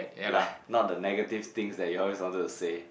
like not the negative thing that you always wanted to say